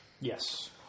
Yes